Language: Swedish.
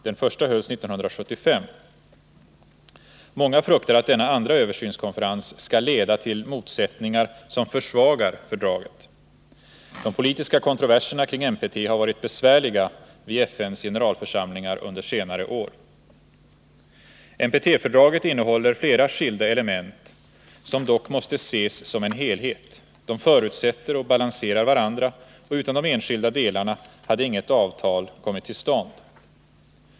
Den första hölls 1975. Många fruktar att denna andra översynskonferens skall leda till motsättningar som försvagar fördraget. De politiska kontroverserna kring NPT har varit besvärliga vid FN:s generalförsamlingar under senare år. NPT innehåller flera skilda element som dock måste ses som en helhet. De förutsätter och balanserar varandra, och utan de enskilda delarna hade inget avtal kommit till stånd.